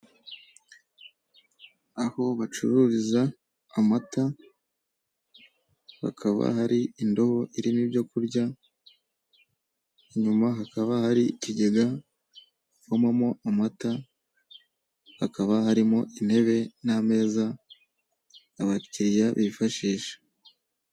Aho bacururiza amata hakaba hari indobo irimo ibyokurya inyuma hakaba hari ikigega bavomamo amata hakaba harimo intebe n'ameza abakiriya bifashisha.